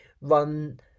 run